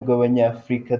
bw’abanyafurika